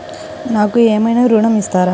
నాకు ఏమైనా ఋణం ఇస్తారా?